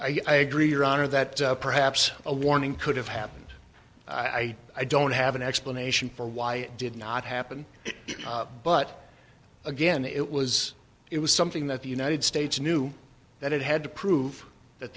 attention i agree your honor that perhaps a warning could have happened i i i don't have an explanation for why it did not happen but again it was it was something that the united states knew that it had to prove that